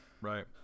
Right